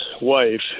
wife